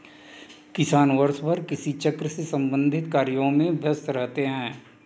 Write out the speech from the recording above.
किसान वर्षभर कृषि चक्र से संबंधित कार्यों में व्यस्त रहते हैं